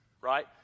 right